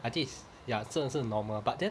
I think it's ya 真的是 normal but then